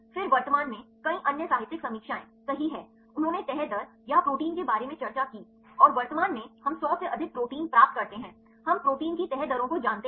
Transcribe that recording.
फिर वर्तमान में कई अन्य साहित्यिक समीक्षाएं सही हैं उन्होंने तह दर या प्रोटीन के बारे में चर्चा की और वर्तमान में हम 100 से अधिक प्रोटीन प्राप्त करते हैं हम प्रोटीन की तह दरों को जानते हैं